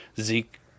zeke